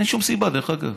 אין שום סיבה, דרך אגב,